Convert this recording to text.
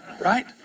right